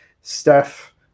Steph